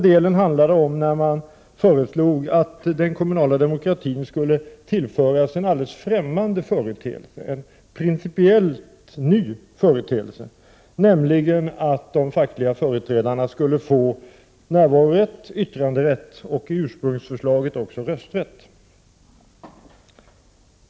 Det gällde förslaget att den kommunala demokratin skulle tillföras en alldeles främmande företeelse, en principiellt ny företeelse, nämligen att de fackliga företrädarna skulle få närvarorätt och yttranderätt och i ursprungsförslaget också rösträtt i de 49 kommunala nämnderna och styrelserna.